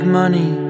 money